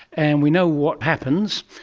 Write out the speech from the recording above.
and we know what happens,